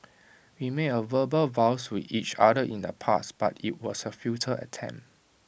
we made A verbal vows to each other in the past but IT was A futile attempt